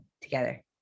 together